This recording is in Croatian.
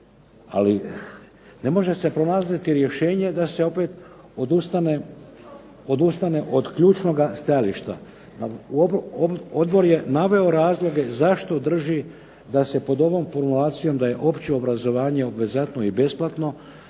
ali ne može se pronalaziti rješenje da se opet odustane od ključnoga stajališta. Odbor je naveo razloge zašto drži da se pod ovom formulacijom da je opće obrazovanje obvezatno i besplatno